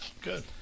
good